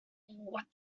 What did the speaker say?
what